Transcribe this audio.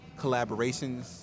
collaborations